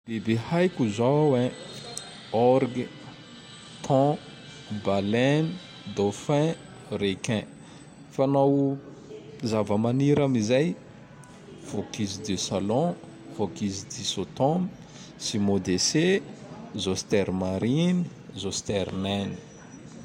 Biby haiko zao ein: orgue, thon, Baleine, dauphin, requin. Fa naho zava-maniry amizay: focuse de salon, focuse dissôtôme, simôdesé, zôstere mariny, zôstère reine!